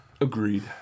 agreed